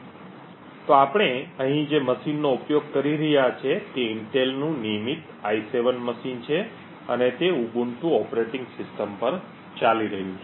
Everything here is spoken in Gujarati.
તેથી આપણે અહીં જે મશીનનો ઉપયોગ કરી રહ્યા છીએ તે ઇન્ટેલનું નિયમિત i7 મશીન છે અને તે ઉબુન્ટુ ઓપરેટિંગ સિસ્ટમ પર ચાલી રહ્યું છે